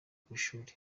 kwishuri